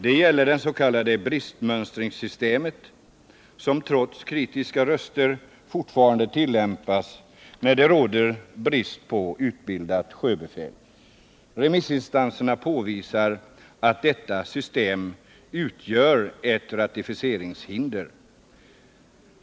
Det gäller det s.k. bristmönstringssystemet, som trots kritiska röster fortfarande tillämpas när det råder brist på utbildat sjöbefäl. Remissinstanserna påvisar att detta system utgör ett ratificeringshinder.